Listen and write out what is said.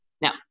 Now